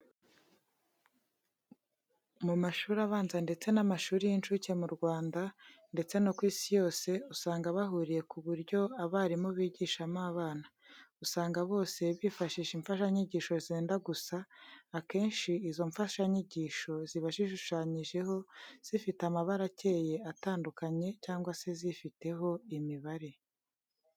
Mu mashuri abanza ndetse n'amashuri y'incuke mu Rwanda ndetse no ku isi yose, usanga bahuriye ku buryo abarimu bigishamo abana. Usanga bose bifashisha imfashanyigisho zenda gusa, akenshi izo mfashanyigisho ziba zishushanyijeho, zifite amabara akeye atandukanye, cyangwa se zifiteho imibare.